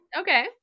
okay